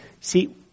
See